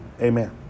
Amen